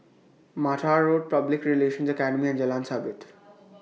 Mattar Road Public Relations Academy and Jalan Sabit